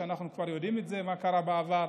שאנחנו כבר יודעים מה קרה בעבר,